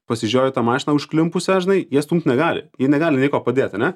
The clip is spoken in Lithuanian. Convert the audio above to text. pasižiūrėjo į tą mašiną užklimpusią žinai jie stumt negali jie negali nieko padėt ane